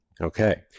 Okay